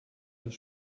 des